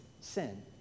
sin